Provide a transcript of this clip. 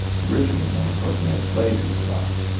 richard was the only person they enslaved who survived